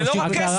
זה לא רק כסף.